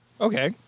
okay